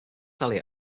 elliot